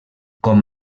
com